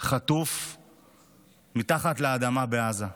חטוף מתחת לאדמה בעזה,